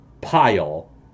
pile